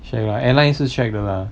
shag lah airline 是 shag 的 lah